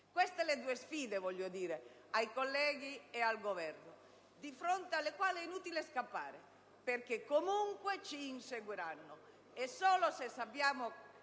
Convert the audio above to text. Queste sono le due sfide - lo dico ai colleghi e al Governo - di fronte alle quali è inutile scappare, perché comunque ci inseguiranno.